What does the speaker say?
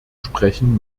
sprechen